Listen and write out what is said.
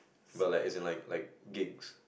but like as in like like gigs